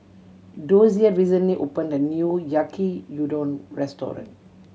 Dozier recently opened a new Yaki Udon Restaurant